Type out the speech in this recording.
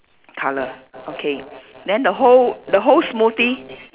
colour okay then the whole the whole smoothie